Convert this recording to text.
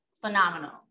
phenomenal